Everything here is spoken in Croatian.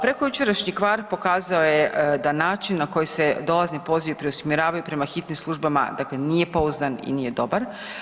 Prekojučerašnji kvar pokazao je da način na koji se dolazni pozivi preusmjeravaju prema hitnim službama, dakle nije pouzdan i nije dobar.